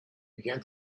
began